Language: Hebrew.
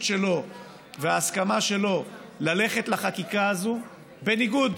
שלו וההסכמה שלו ללכת לחקיקה הזאת בניגוד